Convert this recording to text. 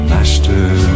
Master